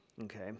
Okay